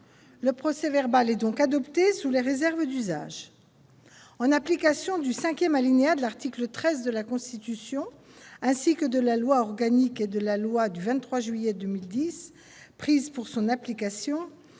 Le procès-verbal est adopté sous les réserves d'usage. En application du cinquième alinéa de l'article 13 de la Constitution, ainsi que de la loi organique n° 2010-837 et de la loi n° 2010-838 du 23 juillet 2010 prises pour son application,